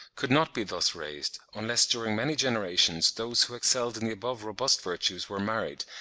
could not be thus raised, unless during many generations those who excelled in the above robust virtues were married,